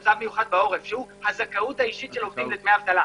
במצב מיוחד בעורף והוא הזכאות האישית של עובדים לדמי אבטלה.